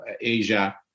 Asia